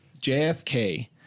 JFK